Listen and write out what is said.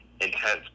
intense